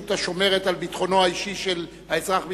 השומרת על ביטחונו האישי של האזרח בישראל,